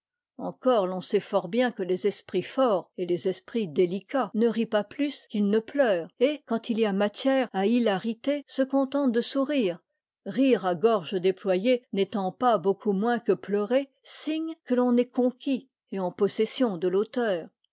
encore l'on sait fort bien que les esprits forts et les esprits délicats ne rient pas plus qu'ils ne pleurent et quand il y a matière à hilarité se contentent de sourire rire à gorge déployée n'étant pas beaucoup moins que pleurer signe que l'on est conquis et en possession de l'auteur